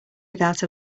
without